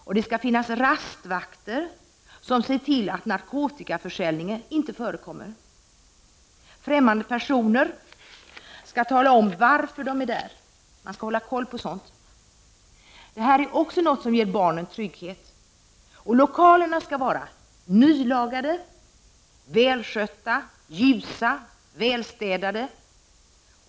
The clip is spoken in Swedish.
Och det skall finnas rastvakter som ser till att narkotikaförsäljning inte förekommer. Främmande personer skall tala om varför de är där. Man skall ha kontroll över sådant. Detta är också något som ger barnen trygghet. Lokalerna skall vara nyreparerade, välskötta, ljusa och välstädade.